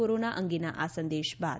corona અંગેના આ સંદેશ બાદ